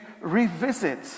revisit